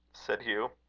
said hugh.